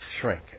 shrink